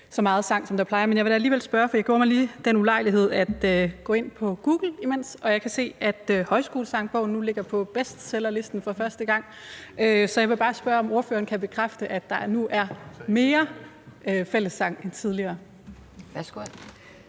så meget sang, som der plejer at være, men jeg vil da alligevel spørge, for jeg gjorde mig lige den ulejlighed at gå ind på Google, og jeg kan se, at Højskolesangbogen nu ligger på bestsellerlisten for første gang. Så jeg vil bare spørge, om ordføreren kan bekræfte, at der nu er mere fællessang end tidligere? Kl.